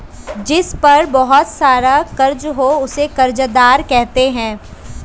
जिस पर बहुत सारा कर्ज हो उसे कर्जदार कहते हैं